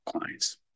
clients